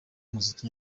muziki